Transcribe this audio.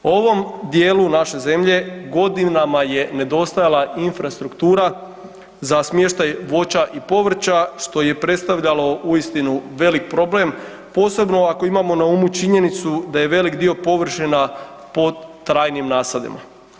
Ovom dijelu naše zemlje godinama je nedostajala infrastruktura za smještaj voća i povrća što je predstavljalo uistinu velik problem, posebno ako imamo na umu činjenicu da je velik dio površina pod trajnim nasadima.